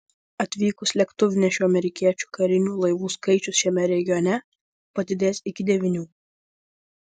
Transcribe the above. atvykus lėktuvnešiui amerikiečių karinių laivų skaičius šiame regione padidės iki devynių